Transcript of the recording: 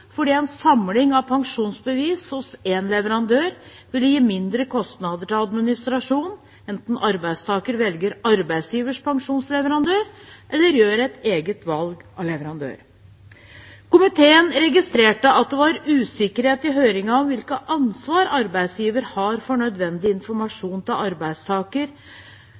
fordi en samling av pensjonsbevis hos én leverandør vil gi mindre kostnader til administrasjon, enten arbeidstaker velger arbeidsgivers pensjonsleverandør eller gjør et eget valg av leverandør. Komiteen registrerte at det var usikkerhet i høringen om hvilket ansvar arbeidsgiver har for den nødvendige informasjonen til arbeidstaker,